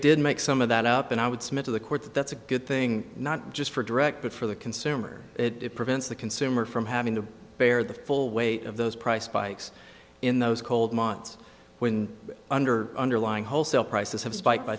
did make some of that up and i would submit to the court that that's a good thing not just for direct but for the consumer it prevents the consumer from having to bear the full weight of those price spikes in those cold months when under underlying wholesale prices have spiked by